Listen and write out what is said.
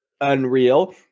unreal